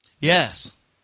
Yes